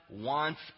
wants